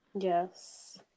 Yes